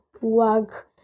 work